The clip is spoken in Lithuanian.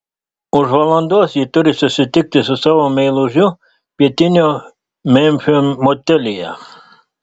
už valandos ji turi susitikti su savo meilužiu pietinio memfio motelyje